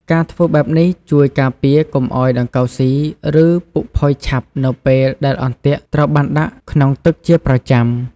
ការធ្វើបែបនេះជួយការពារកុំឲ្យដង្កូវស៊ី ឬពុកផុយឆាប់នៅពេលដែលអន្ទាក់ត្រូវបានដាក់ក្នុងទឹកជាប្រចាំ។